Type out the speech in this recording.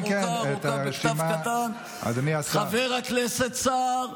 כן, כן, את הרשימה, אדוני השר, חבר הכנסת סער,